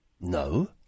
No